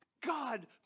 God